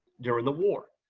during the war.